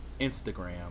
instagram